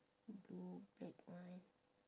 blue black one